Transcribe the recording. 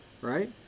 right